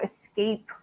escape